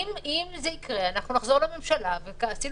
אנחנו נגיע